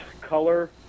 color